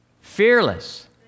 Fearless